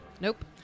Nope